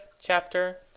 chapter